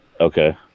Okay